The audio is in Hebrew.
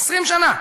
20 שנה,